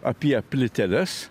apie plyteles